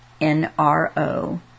NRO